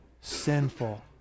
sinful